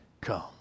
come